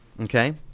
Okay